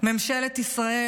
ממשלת ישראל,